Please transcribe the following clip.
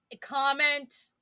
comment